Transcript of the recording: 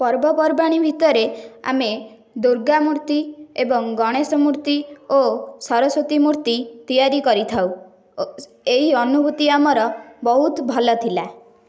ପର୍ବପର୍ବାଣୀ ଭିତରେ ଆମେ ଦୁର୍ଗା ମୂର୍ତ୍ତି ଏବଂ ଗଣେଶ ମୂର୍ତ୍ତି ଓ ସରସ୍ୱତୀ ମୂର୍ତ୍ତି ତିଆରି କରିଥାଉ ଓ ଏଇ ଅନୁଭୂତି ଆମର ବହୁତ ଭଲ ଥିଲା